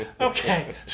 okay